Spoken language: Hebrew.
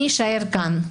מי יישאר כאן?